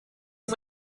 and